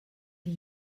die